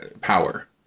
power